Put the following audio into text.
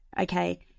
okay